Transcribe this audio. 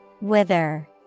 Wither